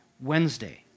Wednesday